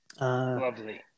Lovely